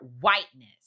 whiteness